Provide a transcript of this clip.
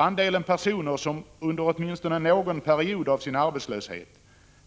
Andelen personer som under åtminstone någon period under sin arbetslöshet